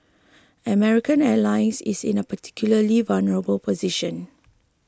American Airlines is in a particularly vulnerable position